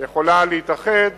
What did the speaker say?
יכולה להתאחד